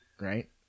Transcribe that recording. Right